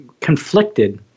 conflicted